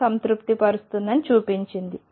ని సంతృప్తిపరుస్తుందని చూపింది